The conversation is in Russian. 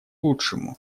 лучшему